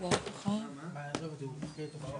בעקבות השאלה